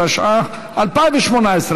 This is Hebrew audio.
התשע"ח 2018,